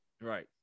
Right